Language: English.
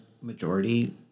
majority